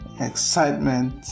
excitement